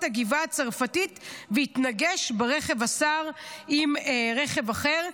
הגבעה הצרפתית והתנגש ברכב השר עם רכב אחר.